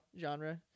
genre